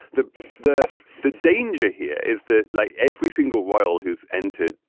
the the the danger here is that like every single royal who's entered,